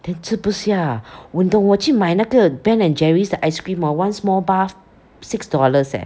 then 吃不下懂我去买那个 Ben and Jerry's 的 ice cream hor one small bar six dollars eh